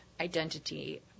identity